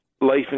life